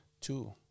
two